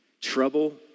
Trouble